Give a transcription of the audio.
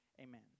Amen